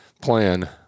Plan